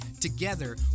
Together